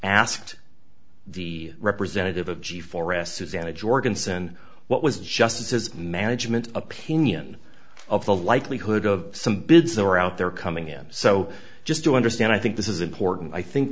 asked the representative of g four s susanna jorgensen what was justice his management opinion of the likelihood of some bids are out there coming in so just to understand i think this is important i think